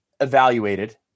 evaluated